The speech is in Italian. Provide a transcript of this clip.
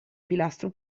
pilastro